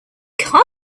come